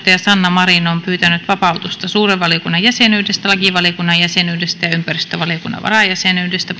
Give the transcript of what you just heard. sanna marin on pyytänyt vapautusta suuren valiokunnan jäsenyydestä lakivaliokunnan jäsenyydestä ja ympäristövaliokunnan varajäsenyydestä